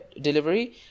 delivery